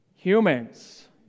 Humans